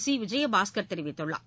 C Vijayabaskar தெரிவித்துள்ளார்